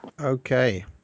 Okay